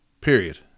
period